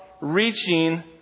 reaching